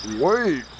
Wait